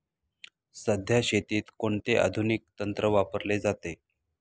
सध्या शेतीत कोणते आधुनिक तंत्र वापरले जाते?